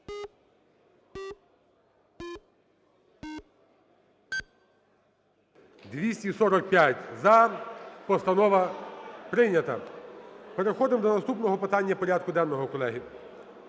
За-245 Постанова прийнята. Переходимо до наступного питання порядку денного, колеги.